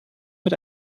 mit